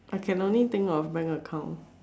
I can only think of bank account